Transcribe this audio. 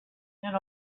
and